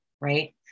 right